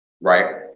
Right